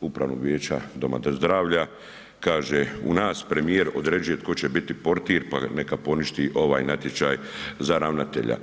upravnog vijeća doma zdravlja, kaže u nas premijer određuje tko će biti portir, pa neka poništi ovaj natječaj za ravnatelja.